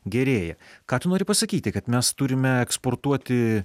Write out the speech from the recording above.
gerėja ką tu nori pasakyti kad mes turime eksportuoti